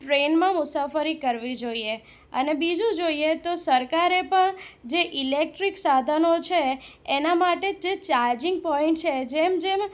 ટ્રેનમાં મુસાફરી કરવી જોઈએ અને બીજું જોઈએ તો સરકારે પણ જે ઈલેક્ટ્રીક સાધનો છે એના માટે જે ચાર્જિંગ પોઇન્ટ છે